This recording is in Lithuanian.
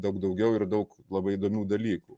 daug daugiau ir daug labai įdomių dalykų